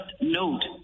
note